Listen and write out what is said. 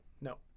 No